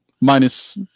Minus